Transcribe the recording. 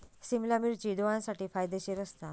सिमला मिर्ची डोळ्यांसाठी फायदेशीर असता